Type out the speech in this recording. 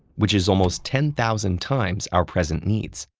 which is almost ten thousand times our present needs.